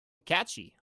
catchy